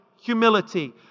humility